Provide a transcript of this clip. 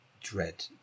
dread